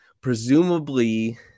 presumably